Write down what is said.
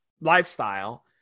lifestyle